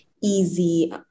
easy